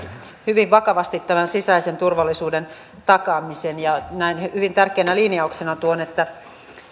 hyvin vakavasti tämän sisäisen turvallisuuden takaamisen ja näen hyvin tärkeänä linjauksena tuon